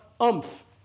umph